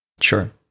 Sure